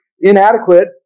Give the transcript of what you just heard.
inadequate